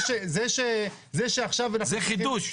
זה חידוש.